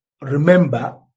remember